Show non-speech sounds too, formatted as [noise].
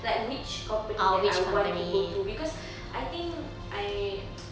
like which company that I want to go to because I think I [noise]